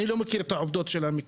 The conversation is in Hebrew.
אני לא מכיר את העובדות של המקרה,